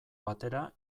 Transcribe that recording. batera